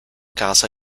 casa